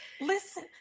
Listen